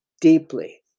deeply